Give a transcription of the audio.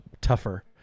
tougher